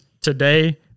today